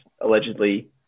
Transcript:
allegedly